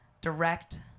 direct